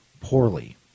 poorly